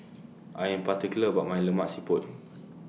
I Am particular about My Lemak Siput